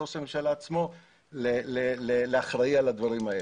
ראש הממשלה עצמו לאחראי על הדברים האלה.